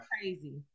crazy